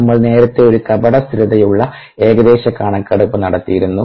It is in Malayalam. നമ്മൾ നേരത്തെ ഒരു കപട സ്ഥിരതയുള്ള ഏകദേശ കണക്കെടുപ്പ് നടത്തിയിരുന്നു